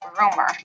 rumor